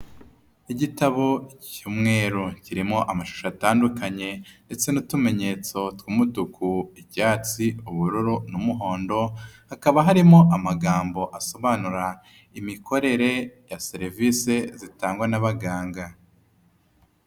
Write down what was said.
Igitabo cy'umweru kirimo amashusho atandukanye ndetse n'utumenyetso tw'umutuku, icyatsi, ubururu n'umuhondo, hakaba harimo amagambo asobanura imikorere ya serivise zitangwa n'abaganga.